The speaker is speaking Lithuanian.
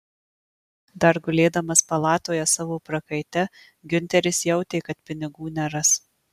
dar gulėdamas palatoje savo prakaite giunteris jautė kad pinigų neras